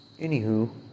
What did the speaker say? Anywho